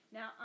Now